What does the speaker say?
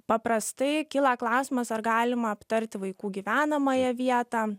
paprastai kyla klausimas ar galima aptarti vaikų gyvenamąją vietą